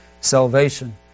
Salvation